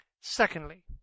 Secondly